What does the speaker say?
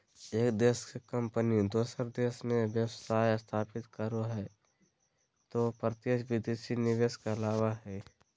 एक देश के कम्पनी दोसर देश मे व्यवसाय स्थापित करो हय तौ प्रत्यक्ष विदेशी निवेश कहलावय हय